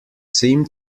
seem